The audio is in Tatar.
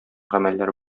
гамәлләр